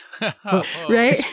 Right